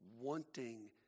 wanting